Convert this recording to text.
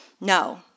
No